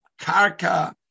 karka